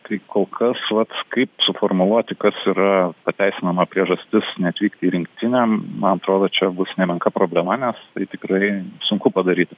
tai kolkas vat kaip suformuluoti kas yra pateisinama priežastis neatvykti į rinktinę man atrodo čia bus nemenka problema nes tai tikrai sunku padaryt